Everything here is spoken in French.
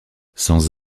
sans